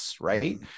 right